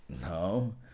No